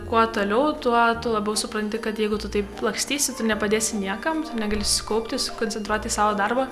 kuo toliau tuo tu labiau supranti kad jeigu tu taip lakstysi tu nepadėsi niekam tu negali susikaupti sukoncentruot į savo darbą